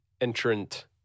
entrant